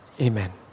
Amen